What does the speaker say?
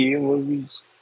movies